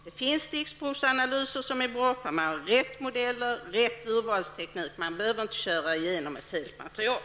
Det finns stickprovsanalyser som är bra, om man har rätt modeller och urvalsteknik. Man behöver inte köra igenom ett helt material.